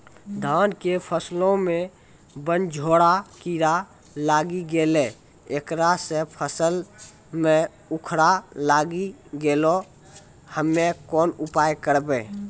धान के फसलो मे बनझोरा कीड़ा लागी गैलै ऐकरा से फसल मे उखरा लागी गैलै हम्मे कोन उपाय करबै?